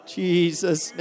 jesus